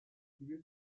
tuer